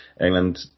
England